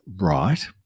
right